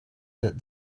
that